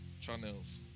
Channels